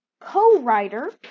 co-writer